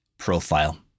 Profile